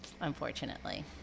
unfortunately